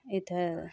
यता